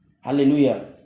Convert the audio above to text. Hallelujah